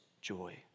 joy